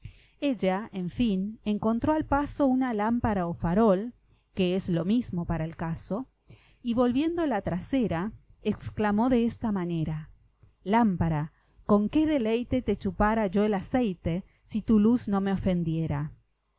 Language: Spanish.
ella en fin encontró al paso una lámpara o farol y volviendo la trasera exclamó de esta manera lámpara con qué deleite te chupara yo el aceite si tu luz no me ofendiera